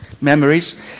memories